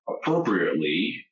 appropriately